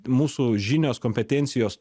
mūsų žinios kompetencijos